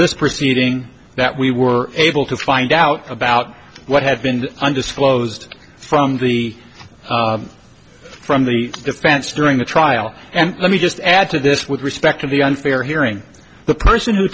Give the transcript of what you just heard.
this proceeding that we were able to find out about what had been undisclosed from the from the defense during the trial and let me just add to this with respect to the unfair hearing the person who